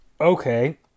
Okay